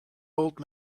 old